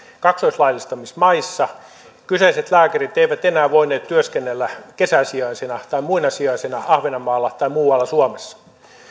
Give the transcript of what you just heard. kaksoislaillistamisen maissa kyseiset lääkärit eivät enää voineet työskennellä kesäsijaisina tai muina sijaisina ahvenanmaalla tai muualla suomessa